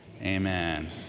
amen